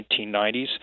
1990s